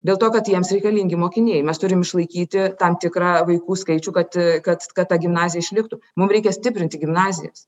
dėl to kad jiems reikalingi mokiniai mes turim išlaikyti tam tikrą vaikų skaičių kad kad kad ta gimnazija išliktų mum reikia stiprinti gimnazijas